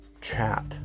chat